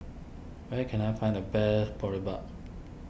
where can I find the best Boribap